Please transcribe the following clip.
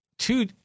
two